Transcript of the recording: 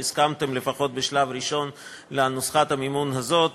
שהסכמתם לפחות בשלב הראשון לנוסחת המימון הזאת